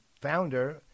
founder